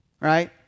right